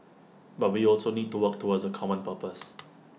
but we also need to work towards A common purpose